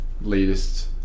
latest